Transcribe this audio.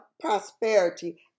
prosperity